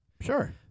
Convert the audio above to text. Sure